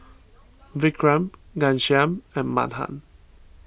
Vikram Ghanshyam and Mahan